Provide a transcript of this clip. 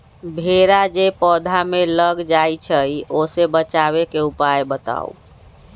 भेरा जे पौधा में लग जाइछई ओ से बचाबे के उपाय बताऊँ?